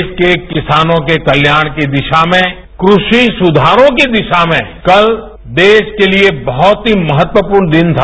देश के किसानों के कल्याण की दिशा में कृषि सुधारों की दिशा में कल देश के लिए बहुत ही महत्वपूर्ण दिन था